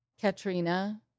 Katrina